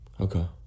Okay